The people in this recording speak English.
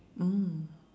mm